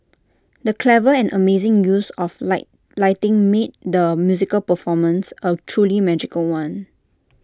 the clever and amazing use of light lighting made the musical performance A truly magical one